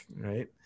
right